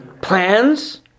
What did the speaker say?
Plans